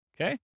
Okay